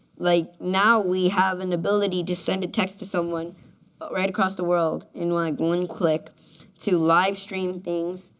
like now we have an ability to send a text to someone right across the world in one one click to live stream things,